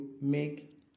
make